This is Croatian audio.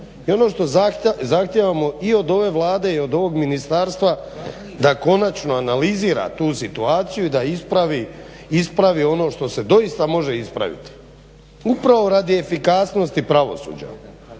I ono što zahtijevamo i od ove Vlade i od ovog ministarstva da konačno analizira tu situaciju i da ispravi ono što se doista može ispraviti upravo radi efikasnosti pravosuđa,